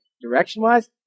direction-wise